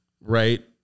right